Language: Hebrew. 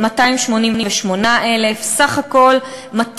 288,000. סך הכול,